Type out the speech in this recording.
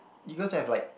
you gotta to have like